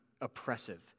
oppressive